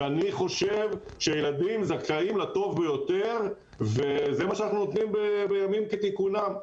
אני חושב שילדים זכאים לטוב ביותר וזה מה שאנחנו נותנים בימים כתיקונם.